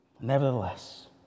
Nevertheless